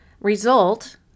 result